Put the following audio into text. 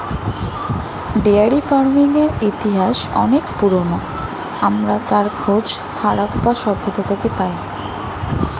dairy ফার্মিংয়ের ইতিহাস অনেক পুরোনো, আমরা তার খোঁজ হারাপ্পা সভ্যতা থেকে পাই